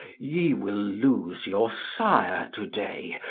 ye will lose your sire today,